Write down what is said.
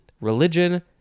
religion